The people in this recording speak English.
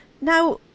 Now